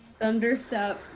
Thunderstep